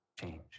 change